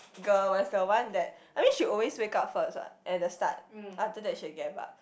girl was the one that I mean she always wake up first what at the start after that she gave up